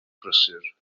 prysur